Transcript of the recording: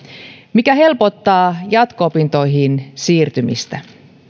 mikä helpottaa jatko opintoihin siirtymistä